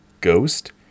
ghost